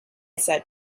said